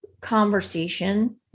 conversation